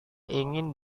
ingin